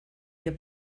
que